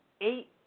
eight